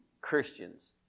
Christians